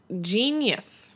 genius